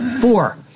Four